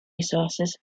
resources